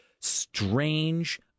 strange